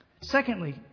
Secondly